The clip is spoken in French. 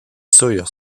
sawyer